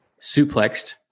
suplexed